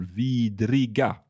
vidriga